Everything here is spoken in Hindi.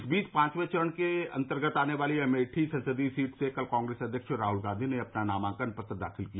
इस बीच पांचवे चरण के अन्तर्गत आने वाली अमेठी संसदीय सीट से कल कांग्रेस अध्यक्ष राहुल गांधी ने अपना नामांकन पत्र दाखिल किया